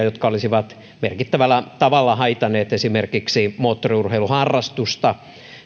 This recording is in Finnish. jotka olisivat merkittävällä tavalla haitanneet esimerkiksi moottoriurheiluharrastusta